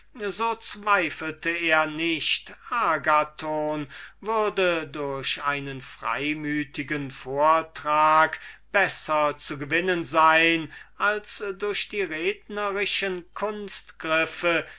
so zweifelte er nicht daß agathon durch einen freimütigen vortrag besser zu gewinnen sein würde als durch die